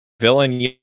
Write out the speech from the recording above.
villain